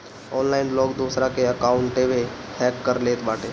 online लोग दूसरा के अकाउंटवे हैक कर लेत बाटे